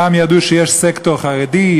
פעם ידעו שיש סקטור חרדי,